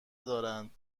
دارند